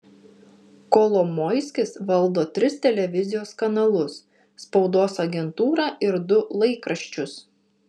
kolomoiskis valdo tris televizijos kanalus spaudos agentūrą ir du laikraščius